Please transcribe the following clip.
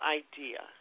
idea